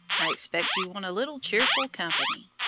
i expect you want a little cheerful company.